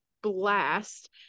blast